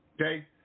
Okay